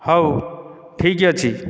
ହେଉ ଠିକ ଅଛି